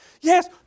Yes